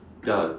ya